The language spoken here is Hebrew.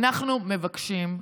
אנחנו מבקשים,